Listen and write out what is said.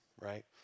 right